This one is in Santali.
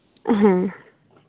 ᱦᱮᱸ